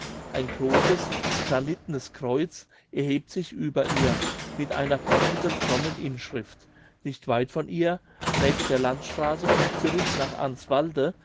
ein großes granitnes kreuz erhebt sich über ihr mit einer passenden frommen inschrift nicht weit von ihr nächst der landstraße von pyritz nach